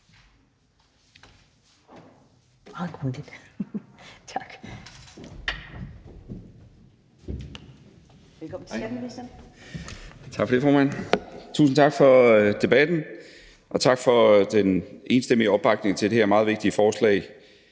Tusind tak for debatten, og tak for den enstemmige opbakning til det her meget vigtige forslag.